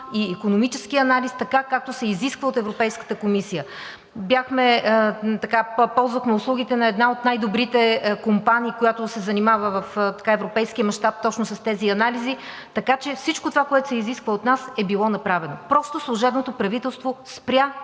и икономическия анализ, така, както се изисква от Европейската комисия. Ползвахме услугите на една от най-добрите компании, която се занимава в европейски мащаб точно с тези анализи. Така че всичко това, което се изисква от нас, е било направено. Просто служебното правителство спря